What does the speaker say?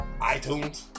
iTunes